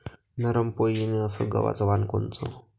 नरम पोळी येईन अस गवाचं वान कोनचं?